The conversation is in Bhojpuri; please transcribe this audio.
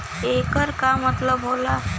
येकर का मतलब होला?